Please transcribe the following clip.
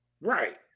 Right